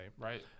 right